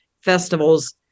festivals